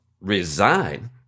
Resign